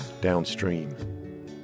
downstream